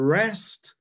rest